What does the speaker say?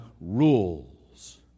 rules